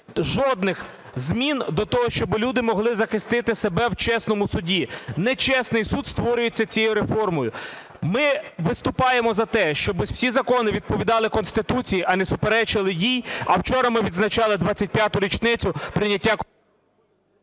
жодних змін до того, щоби люди могли захистити себе в чесному суді. Нечесний суд створюється цією реформою. Ми виступаємо за те, щоби всі закони відповідали Конституції, а не суперечили їй. А вчора ми відзначали 25 річницю прийняття… ГОЛОВУЮЧИЙ.